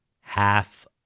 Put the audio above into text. half